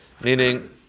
Meaning